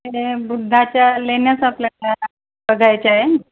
हे बुद्धाच्या लेण्याचा आपल्याला बघायच्या आहे